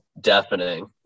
deafening